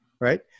right